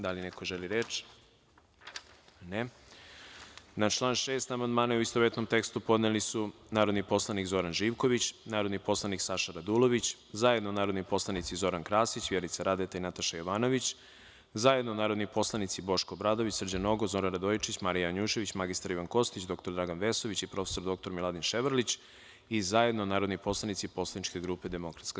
Da li neko želi reč? (Ne.) Na član 6. amandmane, u istovetnom tekstu, podneli su narodni poslanik Zoran Živković, narodni poslanik Saša Radulović, zajedno narodni poslanici Zoran Krasić, Vjerica Radeta i Nataša Jovanović, zajedno narodni poslanici Boško Obradović, Srđan Nogo, Zoran Radojičić, Marija Janjušević, mr Ivan Kostić, dr Dragan Vesović i prof. dr Miladin Ševarlić i zajedno narodni poslanici Poslaničke grupe DS.